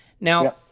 Now